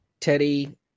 Teddy